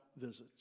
visits